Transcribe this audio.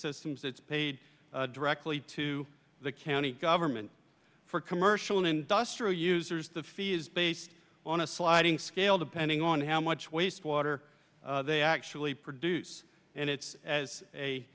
systems that's paid directly to the county government for commercial and industrial users the fee is based on a sliding scale depending on how much wastewater they actually produce and it's a